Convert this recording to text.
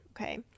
okay